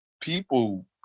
People